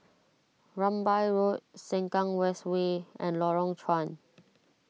Rambai Road Sengkang West Way and Lorong Chuan